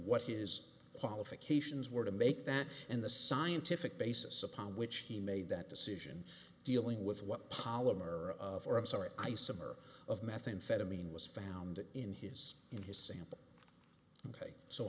what is the qualifications were to make that and the scientific basis upon which he made that decision dealing with what polymer of or i'm sorry isomer of methamphetamine was found in his in his sample ok so